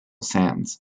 sands